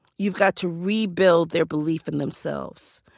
you've got to rebuild their belief in themselves.